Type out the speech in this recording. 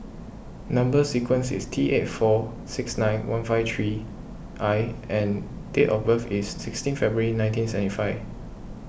Number Sequence is T eight four six nine one five three I and date of birth is sixteen February nineteen seventy five